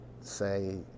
say